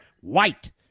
white